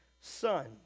son